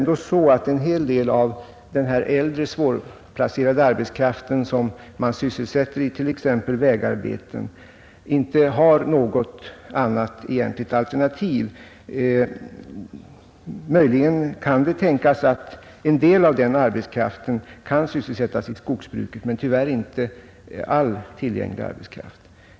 Den äldre, svårplacerade arbetskraft som bl.a. sysselsätts i vägarbeten har ofta inte något annat egentligt alternativ. Möjligen kan det tänkas att en del av den arbetskraften kan sysselsättas i skogsbruket, men av skilda skäl kan inte alla placeras där.